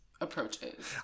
approaches